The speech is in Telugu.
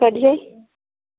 కట్ చేయి